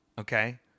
Okay